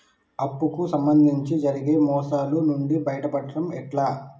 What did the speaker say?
అప్పు కు సంబంధించి జరిగే మోసాలు నుండి బయటపడడం ఎట్లా?